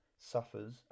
suffers